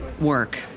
work